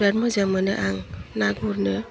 बिराथ मोजां मोनो आं ना गुरनो